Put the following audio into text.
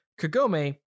kagome